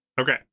Okay